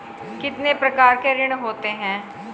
कितने प्रकार के ऋण होते हैं?